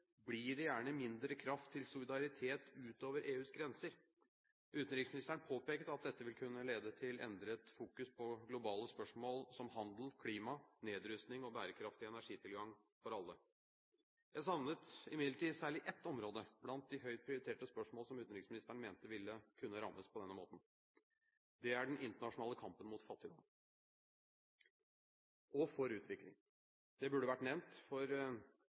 blir det gjerne mindre kraft til solidaritet ut over EUs grenser. Utenriksministeren påpekte at dette vil kunne lede til endret fokus på globale spørsmål som handel, klima, nedrustning og bærekraftig energitilgang til alle. Jeg savnet imidlertid særlig ett område blant de høyt prioriterte spørsmål som utenriksministeren mente ville kunne rammes på denne måten. Det er den internasjonale kampen mot fattigdom – og for utvikling. Det burde vært nevnt, for